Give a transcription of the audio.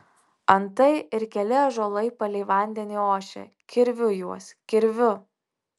antai ir keli ąžuolai palei vandenį ošia kirviu juos kirviu